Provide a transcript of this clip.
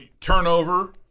turnover